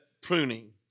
pruning